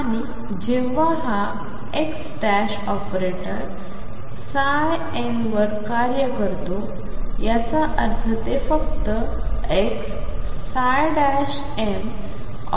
आणि जेव्हा हा x ऑपरेटर ̂n वर कार्य करतो याचा अर्थ ते फक्त xmxndx